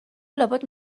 لابد